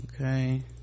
Okay